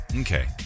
Okay